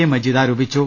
A Majeed ആരോപിച്ചു